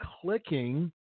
clicking